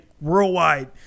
worldwide